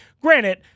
Granted